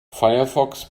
firefox